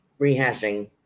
rehashing